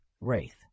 Wraith